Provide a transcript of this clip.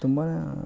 ತುಂಬ